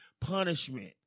Punishment